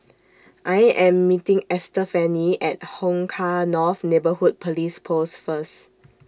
I Am meeting Estefany At Hong Kah North Neighbourhood Police Post First